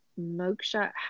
Moksha